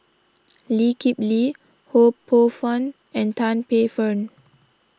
Lee Kip Lee Ho Poh Fun and Tan Paey Fern